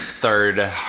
third